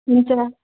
हुन्छ